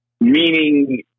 Meaning